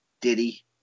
Diddy